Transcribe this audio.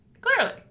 clearly